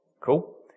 Cool